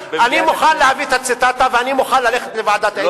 אני מוכן להביא את הציטטה ואני מוכן ללכת לוועדת האתיקה בנושא הזה.